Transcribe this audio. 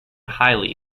highly